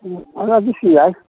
ꯑꯥ ꯑꯗꯨꯁꯨ ꯌꯥꯏ